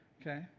Okay